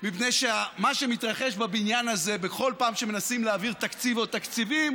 מפני שמה שמתרחש בבניין הזה בכל פעם שמנסים להעביר תקציב או תקציבים